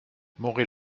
moret